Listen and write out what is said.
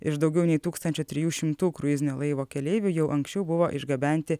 iš daugiau nei tūkstančio trijų šimtų kruizinio laivo keleivių jau anksčiau buvo išgabenti